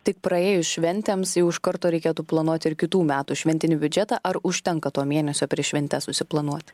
tik praėjus šventėms jau iš karto reikėtų planuoti ir kitų metų šventinį biudžetą ar užtenka to mėnesio prieš šventes susiplanuoti